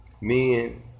Men